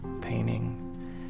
painting